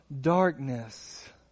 darkness